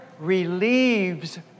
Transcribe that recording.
relieves